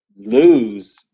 lose